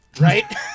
Right